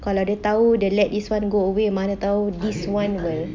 kalau dia tahu dia let this [one] go away mana tahu this [one] will